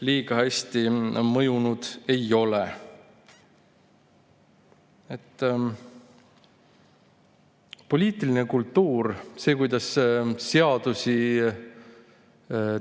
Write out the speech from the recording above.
liiga hästi mõjunud ei ole. Poliitiline kultuur – see, kuidas seadusi